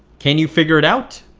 can you figure it out?